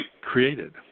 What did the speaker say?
created